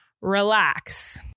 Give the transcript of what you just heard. relax